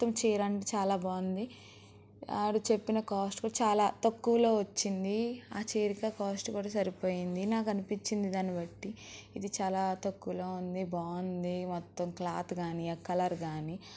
మొత్తం చీర అంతా చాలా బాగుంది వాడు చెప్పిన కాస్ట్ కూడా చాలా తక్కువలో వచ్చింది ఆ చీరకి ఆ కాస్ట్ కూడా సరిపోయింది నాకు అనిపించింది దాని బట్టి ఇది చాలా తక్కువలో ఉంది బాగుంది మొత్తం క్లాత్ కానీ ఆ కలర్ కానీ